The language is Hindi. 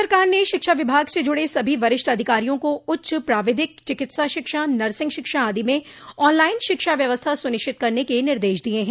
प्रदेश सरकार ने शिक्षा विभाग से जुड़े सभी वरिष्ठ अधिकारियों को उच्च प्राविधिक चिकित्सा शिक्षा नर्सिंग शिक्षा आदि में ऑनलाइन शिक्षा व्यवस्था सुनिश्चित करने के निर्देश दिये हैं